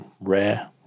rare